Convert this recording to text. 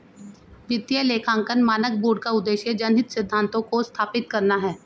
वित्तीय लेखांकन मानक बोर्ड का उद्देश्य जनहित सिद्धांतों को स्थापित करना है